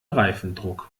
reifendruck